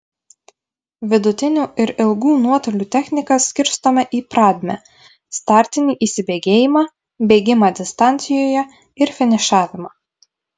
vidutinių ir ilgų nuotolių technika skirstoma į pradmę startinį įsibėgėjimą bėgimą distancijoje ir finišavimą